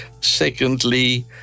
Secondly